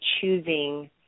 choosing